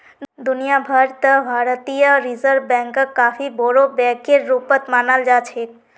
दुनिया भर त भारतीय रिजर्ब बैंकक काफी बोरो बैकेर रूपत मानाल जा छेक